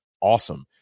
awesome